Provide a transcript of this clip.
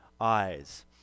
eyes